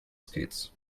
skates